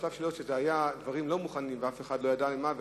שאלה היו דברים לא מוכנים ואף אחד לא ידע מהם.